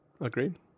Agreed